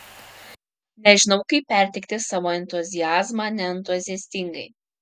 nežinau kaip perteikti savo entuziazmą neentuziastingai